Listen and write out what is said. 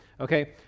Okay